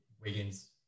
Wiggins